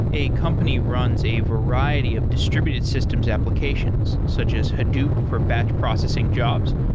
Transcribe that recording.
a company runs a variety of distributed systems applications, such as hadoop for batch processing jobs,